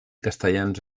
castellans